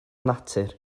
natur